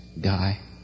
guy